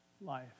life